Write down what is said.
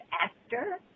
actor